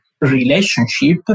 relationship